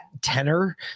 tenor